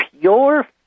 pure